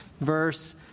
verse